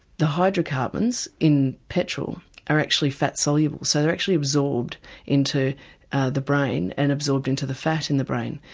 the hydrocarbons in petrol are actually fat soluble, so they're actually absorbed into the brain and absorbed into the fat in the brain.